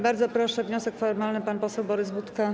Bardzo proszę, wniosek formalny, pan poseł Borys Budka.